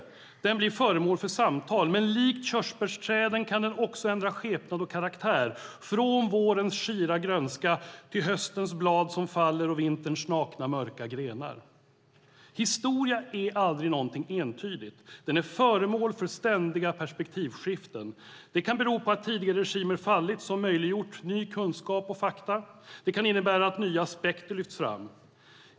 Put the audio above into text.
Den blir föremål för samtal. Men likt körsbärsträden kan den också ändra skepnad och karaktär, från vårens skira grönska till höstens blad som faller och vinterns nakna mörka grenar. Historia är aldrig någonting entydigt. Den är föremål för ständiga perspektivskiften. Det kan bero på att tidigare regimer fallit som möjliggjort ny kunskap och fakta. Det kan innebära att nya aspekter lyfts fram.